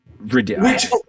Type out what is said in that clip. ridiculous